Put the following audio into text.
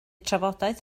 trafodaeth